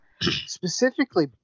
specifically